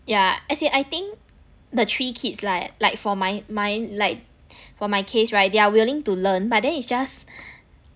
yeah as in I think the three kids like like for my mine like for my case right they are willing to learn but then it's just